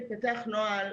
התפתח נוהל,